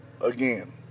Again